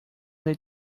they